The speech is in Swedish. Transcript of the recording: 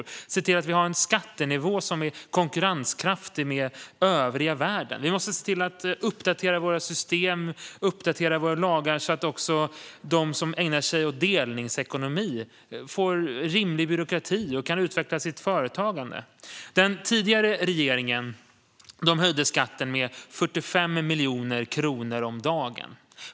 Vi ska se till att vi har en skattenivå som är konkurrenskraftig i övriga världen, och vi måste uppdatera våra system och lagar så att också de som ägnar sig åt delningsekonomi får en rimlig byråkrati och kan utveckla sitt företagande. Den tidigare regeringen höjde skatten med 45 miljoner kronor om dagen.